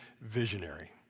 visionary